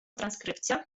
transkrypcja